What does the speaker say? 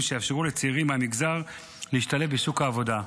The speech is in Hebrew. שיאפשרו לצעירים מהמגזר להשתלב בשוק העבודה.